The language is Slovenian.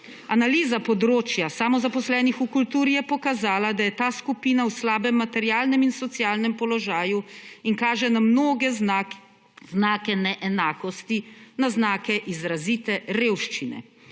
Analiza področja samozaposlenih v kulturi je pokazala, da je ta skupina v slabem materialnem in socialnem položaju in kaže na mnoge znake neenakosti, na znake izrazite revščine.